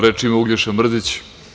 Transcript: Reč ima Uglješa Mrdić.